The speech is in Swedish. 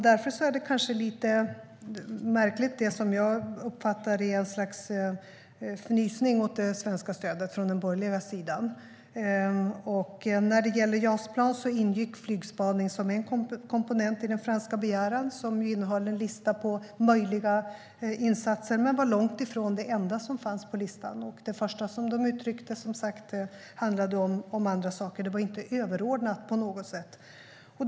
Därför är det jag uppfattar som något slags fnysning åt det svenska stödet från den borgerliga sidan lite märkligt. När det gäller JAS-plan ingick flygspaning som en komponent i den franska begäran, som innehöll en lista på möjliga insatser, men detta var långt ifrån det enda som fanns på listan. Det första som de uttryckte gällde andra saker, så detta var inte på något sätt överordnat.